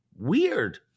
weird